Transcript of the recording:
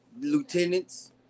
lieutenants